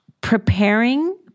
preparing